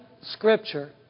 Scripture